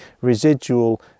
residual